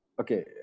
Okay